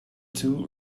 two